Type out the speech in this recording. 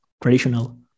traditional